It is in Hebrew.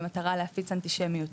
במטרה להפיץ אנטישמיות.